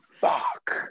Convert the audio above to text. fuck